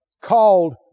Called